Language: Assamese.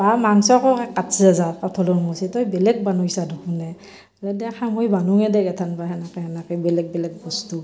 বা মাংসকো কাটছে যা কঁঠালৰ মুচি তই বেলেগ বনাইছা দেখোন এ বোলে দে খা মই বানোঁৱে দে এথান সেনকে বেলেগ বেলেগ বস্তু